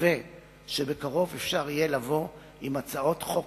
מקווה שבקרוב אפשר יהיה לבוא לכנסת עם הצעות חוק